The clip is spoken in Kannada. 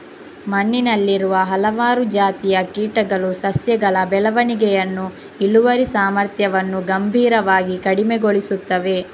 ಮಣ್ಣಿನಲ್ಲಿರುವ ಹಲವಾರು ಜಾತಿಯ ಕೀಟಗಳು ಸಸ್ಯಗಳ ಬೆಳವಣಿಗೆಯನ್ನು, ಇಳುವರಿ ಸಾಮರ್ಥ್ಯವನ್ನು ಗಂಭೀರವಾಗಿ ಕಡಿಮೆಗೊಳಿಸುತ್ತವೆ